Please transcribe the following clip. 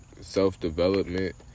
self-development